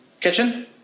kitchen